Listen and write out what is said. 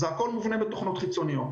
זה הכול מובנה בתוכנות חיצוניות.